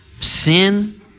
Sin